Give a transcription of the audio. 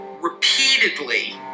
repeatedly